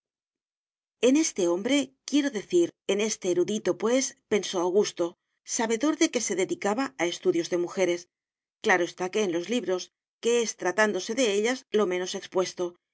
en este hombre quiero decir en este erudito pues pensó augusto sabedor de que se dedicaba a estudios de mujeres claro está que en los libros que es tratándose de ellas lo menos expuesto